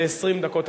זה 20 דקות.